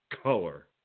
color